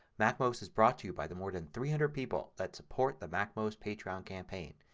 macmost is brought to you by the more than three hundred people that support the macmost patreon campaign.